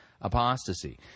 apostasy